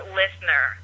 listener